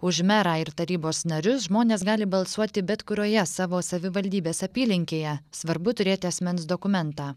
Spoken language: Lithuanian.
už merą ir tarybos narius žmonės gali balsuoti bet kurioje savo savivaldybės apylinkėje svarbu turėti asmens dokumentą